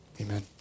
Amen